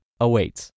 awaits